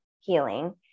healing